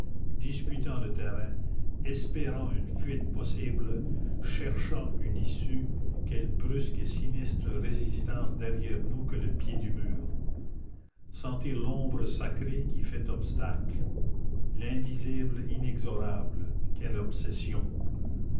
disputant le terrain espérant une fuite possible cherchant une issue quelle brusque et sinistre résistance derrière nous que le pied du mur sentir l'ombre sacrée qui fait obstacle l'invisible inexorable quelle obsession